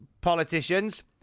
politicians